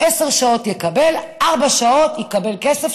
עשר שעות יקבל וארבע שעות יקבל כסף,